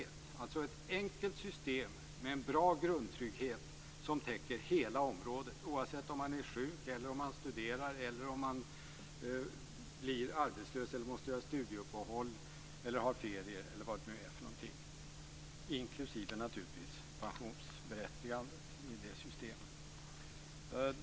Det gäller alltså ett enkelt system med en bra grundtrygghet som täcker hela området, oavsett om man är sjuk, om man studerar, om man blir arbetslös, om man måste göra studieuppehåll eller om man har ferier etc. - naturligtvis inklusive pensionsberättigandet i det systemet.